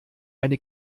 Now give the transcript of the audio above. eine